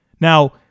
Now